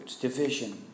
division